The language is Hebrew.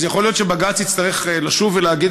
אז יכול להיות שבג"ץ יצטרך לשוב ולהגיד